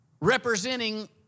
representing